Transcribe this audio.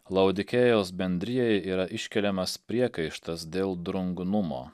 laudikėjos bendrijai yra iškeliamas priekaištas dėl drungnumo